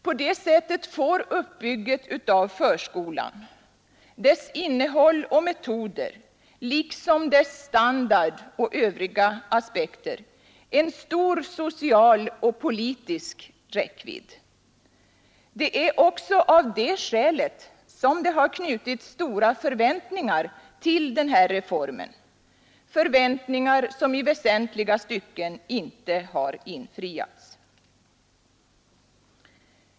På det sättet får uppbygget av förskolan, dess innehåll och metoder liksom dess standard och övriga aspekter, en stor social och politisk räckvidd. Det är också av det skälet som stora förväntningar knutits till den här reformen, förväntningar som i väsentliga stycken inte har infriats.